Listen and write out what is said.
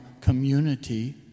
community